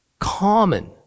common